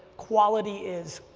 quality is,